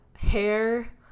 Hair